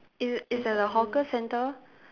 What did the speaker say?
it's it's at the hawker centre